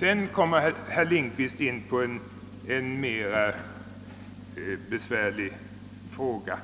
Vidare berörde herr Lindkvist en mera besvärlig fråga.